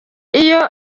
iyo